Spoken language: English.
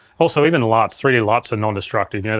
also, even luts, three d luts are non-destructive. yeah